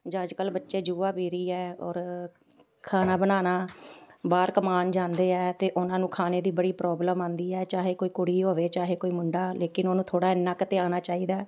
ਜਾਂ ਅੱਜ ਕੱਲ੍ਹ ਬੱਚੇ ਯੁਵਾ ਪੀੜ੍ਹੀ ਹੈ ਔਰ ਖਾਣਾ ਬਣਾਉਣਾ ਬਾਹਰ ਕਮਾਉਣ ਜਾਂਦੇ ਹੈ ਤਾਂ ਉਹਨਾਂ ਨੂੰ ਖਾਣੇ ਦੀ ਬੜੀ ਪ੍ਰੋਬਲਮ ਆਉਂਦੀ ਹੈ ਚਾਹੇ ਕੋਈ ਕੁੜੀ ਹੋਵੇ ਚਾਹੇ ਕੋਈ ਮੁੰਡਾ ਲੇਕਿਨ ਉਹਨੂੰ ਥੋੜ੍ਹਾ ਇੰਨਾ ਕੁ ਤਾਂ ਆਉਣਾ ਚਾਹੀਦਾ